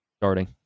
starting